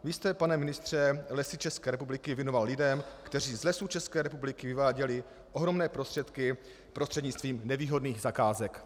Vy jste, pane ministře, Lesy České republiky věnoval lidem, kteří z Lesů České republiky vyváděli ohromné prostředky prostřednictvím nevýhodných zakázek.